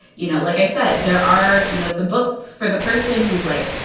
you know, like i said, there are, you know, the books for the person who's like,